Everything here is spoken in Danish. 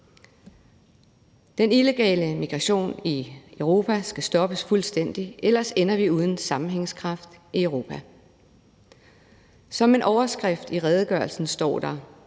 Den illegale migration i Europa skal stoppes fuldstændig, ellers ender vi uden sammenhængskraft i Europa. En overskrift i redegørelsen hedder: